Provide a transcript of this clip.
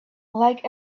like